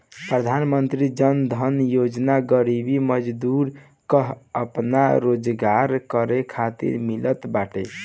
प्रधानमंत्री जन धन योजना गरीब मजदूर कअ आपन रोजगार करे खातिर मिलत बाटे